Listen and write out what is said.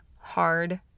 hard